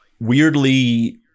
weirdly